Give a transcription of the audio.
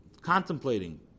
contemplating